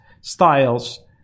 styles